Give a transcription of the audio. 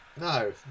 No